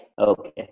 Okay